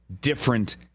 different